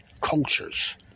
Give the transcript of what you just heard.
Cultures